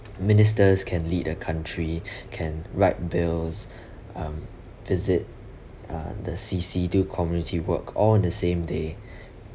ministers can lead the country can write bills um visit uh the C_C do community work all on the same day